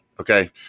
okay